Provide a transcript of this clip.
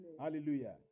Hallelujah